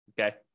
okay